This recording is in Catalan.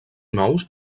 nous